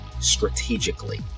strategically